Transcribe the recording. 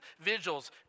vigils